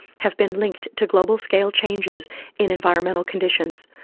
have been linked to global-scale changes in environmental conditions.